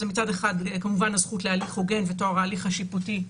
מצד אחד זה כמובן הזכות להליך הוגן וטוהר ההליך השיפוטי,